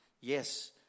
Yes